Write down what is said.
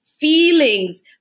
feelings